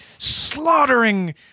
slaughtering